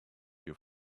your